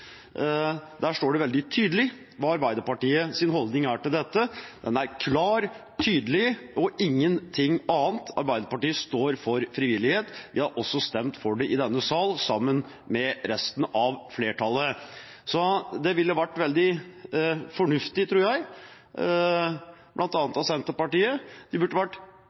Der står det veldig tydelig hva Arbeiderpartiets holdning er til dette, og den er klar og tydelig, ingenting annet: Arbeiderpartiet står for frivillighet. Vi har også stemt for det i denne sal, sammen med resten av flertallet. Så det ville vært veldig fornuftig, tror jeg, bl.a. av Senterpartiet,